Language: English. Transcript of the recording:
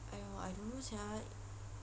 !aiyo! I don't know sia